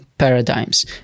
paradigms